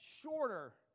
shorter